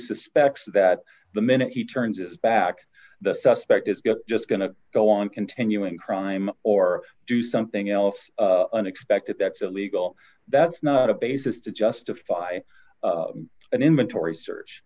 suspects that the minute he turns his back the suspect is just going to go on continuing crime or do something else unexpected that's illegal that's not a basis to justify an inventory search